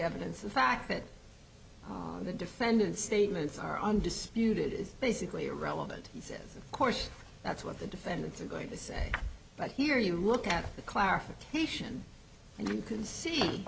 evidence the fact that the defendant's statements are undisputed is basically irrelevant of course that's what the defendants are going to say but here you look at the clarification and you can see